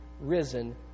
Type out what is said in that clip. risen